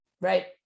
right